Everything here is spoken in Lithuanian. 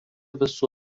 visų